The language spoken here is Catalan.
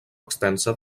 extensa